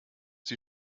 die